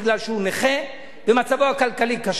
והוא נכה ומצבו הכלכלי קשה,